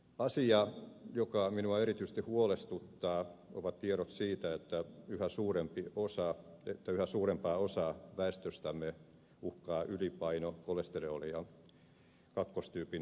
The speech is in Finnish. asia joka minua erityisesti huolestuttaa ovat tiedot siitä että yhä suurempaa osaa väestöstämme uhkaa ylipaino kolesteroli ja kakkostyypin diabetes